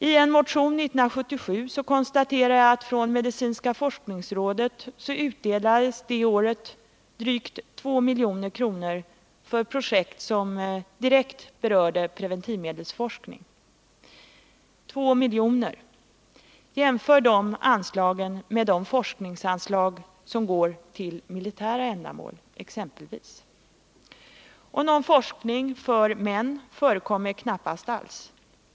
I en motion 1977 konstaterade jag att det från medicinska forskningsrådet det året utdelades drygt 2 milj.kr. för projekt som direkt berörde preventivmedelsforskningen. Två miljoner! Jämför de anslagen med de forskningsanslag som går till militära ändamål! Någon forskning för män förekommer knappast alls.